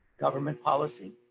government policy,